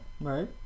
Right